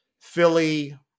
Philly